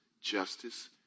justice